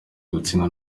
gutsindwa